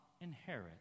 inherit